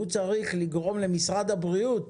הוא צריך לגרום למשרד הבריאות